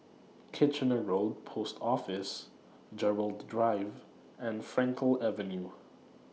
Kitchener Road Post Office Gerald Drive and Frankel Avenue